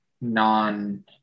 non